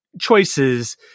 choices